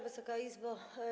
Wysoka Izbo!